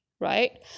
right